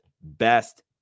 best